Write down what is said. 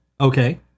Okay